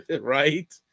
Right